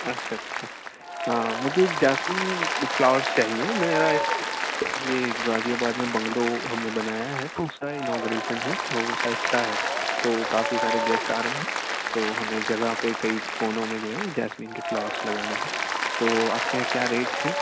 اچھا اچھا ہاں مجھے جاسمین فلاورز چاہیے میرا ایک یہ غازی آباد میں بنگلو ہم نے بنایا ہے تو اس کا انوگریشن ہے تو اس کا ا فتتاح ہے تو وہ کافی سارے گیسٹ آ رہے ہیں تو ہمیں جگہ پہ کئی کونوں میں جو ہے جاسمین کے فلاورس لگانے ہیں تو آپ کے یہاں کیا ریٹ ہے